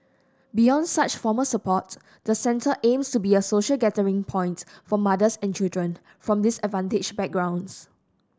beyond such formal support the centre aims to be a social gathering point for mothers and children from disadvantaged backgrounds